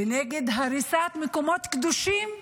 ונגד הריסת מקומות קדושים בפרט.